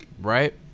right